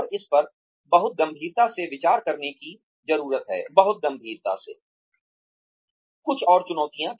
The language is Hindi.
और इस पर बहुत गंभीरता से विचार करने की जरूरत है बहुत गंभीरता से कुछ और चुनौतियाँ